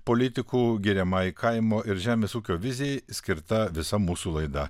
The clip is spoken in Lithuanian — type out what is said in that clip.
politikų giriamai kaimo ir žemės ūkio vizijai skirta visa mūsų laida